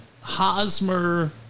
Hosmer